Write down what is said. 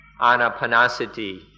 anapanasati